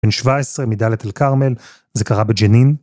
בן 17, מדלית אל כרמל, זה קרה בג'נין.